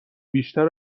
بیشتر